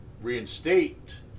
reinstate